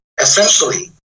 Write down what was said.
essentially